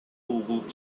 угулуп